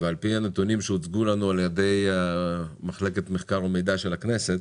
ועל-פי הנתונים שהוצגו לנו על-ידי מחלקת מחקר ומידע של הכנסת,